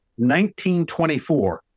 1924